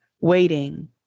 waiting